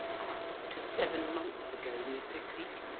up to seven months ago, mr. cleek,